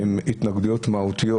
שהן התנגדויות מהותיות.